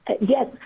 Yes